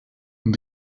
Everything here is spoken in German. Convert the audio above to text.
die